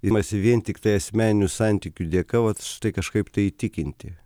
imasi vien tiktai asmeninių santykių dėka vat štai kažkaip tai įtikinti